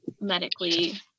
medically